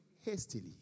hastily